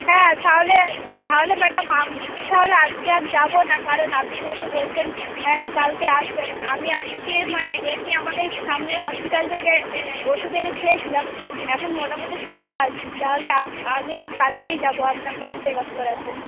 হ্যাঁ তাহলে তাহলে ম্যাডাম আমি তাহলে আজকে আর যাবো না কারণ আপনি যেহেতু বলছেন কালকে আসবেন আমি আজকে মানে এমনি আমাদের সামনের হসপিটাল থেকে ওষুধ এনে খেয়েছিলাম এখন মোটামোটি সুস্থ আছি তাহলে আমি কালকেই যাবো আপনার কাছে চেক আপ করাতে